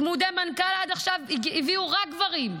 צמודי מנכ"ל עד עכשיו הביאו רק גברים.